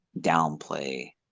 downplay